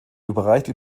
überreichte